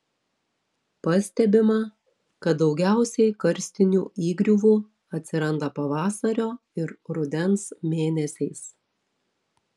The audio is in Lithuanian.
pastebima kad daugiausiai karstinių įgriuvų atsiranda pavasario ir rudens mėnesiais